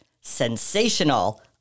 sensational